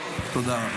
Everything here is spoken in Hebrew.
תודה רבה.